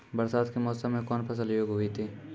बरसात के मौसम मे कौन फसल योग्य हुई थी?